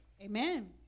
Amen